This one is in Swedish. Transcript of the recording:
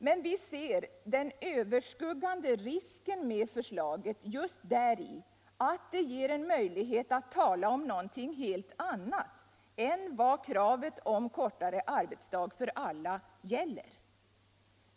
Men den överskuggande risken med förslaget är just att det ger möj lighet att tala om någonting helt annat än vad kravet om kortare arbetsdag för alla gäller.